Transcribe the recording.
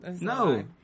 No